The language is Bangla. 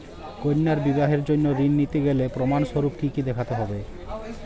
কন্যার বিবাহের জন্য ঋণ নিতে গেলে প্রমাণ স্বরূপ কী কী দেখাতে হবে?